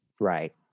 Right